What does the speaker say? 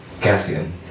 Cassian